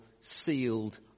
sealed